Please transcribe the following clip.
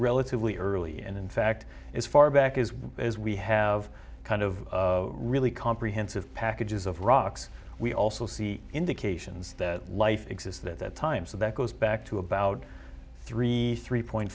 relatively early and in fact as far back as well as we have kind of really comprehensive packages of rocks we also see indications that life exists that that time so that goes back to about three three point